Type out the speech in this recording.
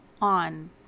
on